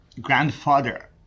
grandfather